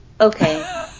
Okay